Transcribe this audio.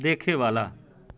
देखैवला